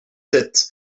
sept